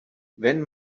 wenn